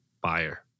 buyer